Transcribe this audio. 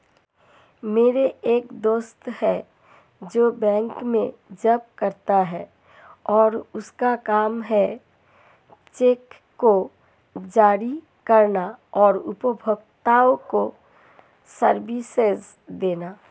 मेरा एक दोस्त है जो बैंक में जॉब करता है और उसका काम है चेक को जारी करना और उपभोक्ताओं को सर्विसेज देना